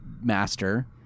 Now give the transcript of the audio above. master